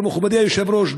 אבל מכובדי היושב-ראש,